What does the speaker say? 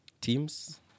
teams